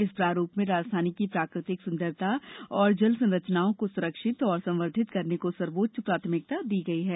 इस प्रारूप में राजधानी की प्राकृतिक सुंदरता और जल संरचनाओं को सूरक्षित और संवर्धित करने को सर्वोच्च प्राथमिकता दी गई है